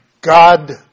God